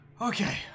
Okay